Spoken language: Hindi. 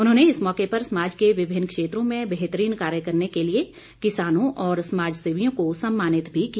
उन्होंने इस मौके पर समाज के विभिन्न क्षेत्रों में बेहतरीन कार्य करने के लिए किसानों और समाजसेवियों को सम्मानित भी किया